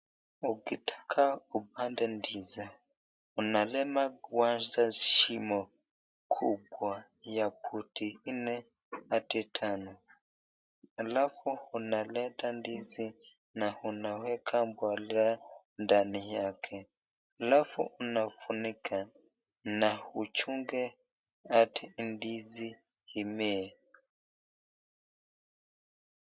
Ukitaka kulima ndizi, unalima kwanza shimo kubwa ya futi nne hadi tano. Halafu unaleta ndizi, na unaekwa mbolea ndani yake. Halafu unafunika, na uchunge hadi ndizi imee.